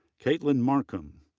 katlyn markham,